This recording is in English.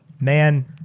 Man